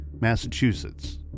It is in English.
Massachusetts